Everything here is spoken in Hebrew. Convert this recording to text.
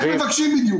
איך מבקשים בדיוק?